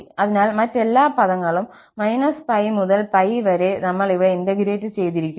അതിനാൽ മറ്റെല്ലാ പദങ്ങളും π മുതൽ π വരെ നമ്മൾ ഇവിടെ ഇന്റഗ്രേറ്റ് ചെയ്തിരിക്കുന്നു